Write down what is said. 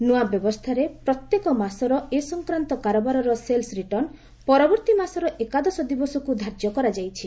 ନୂଆ ବ୍ୟସ୍ଥାରେ ପ୍ରତ୍ୟେକ ମାସର ଏସଂକ୍ରାନ୍ତ କାରବାରର ସେଲ୍ସ ରିଟର୍ଣ୍ଣ ପରବର୍ତ୍ତୀ ମାସର ଏକାଦଶ ଦିବସକୁ ଧାର୍ଯ୍ୟ କରାଯାଇଛି